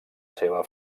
seva